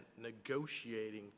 negotiating